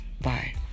Bye